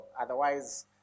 Otherwise